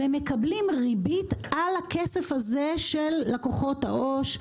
והם מקבלים ריבית על הכסף הזה של לקוחות העו"ש,